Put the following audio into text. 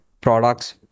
products